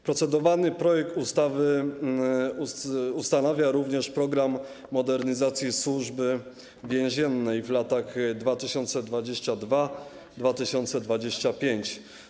Procedowany projekt ustawy ustanawia również „Program modernizacji Służby Więziennej w latach 2022-2025”